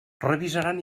revisaran